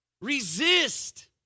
Resist